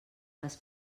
les